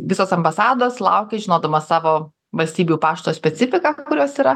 visos ambasados laukė žinodamos savo valstybių pašto specifiką kurios yra